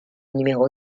numéro